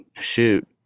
shoot